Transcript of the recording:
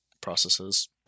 processes